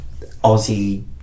Aussie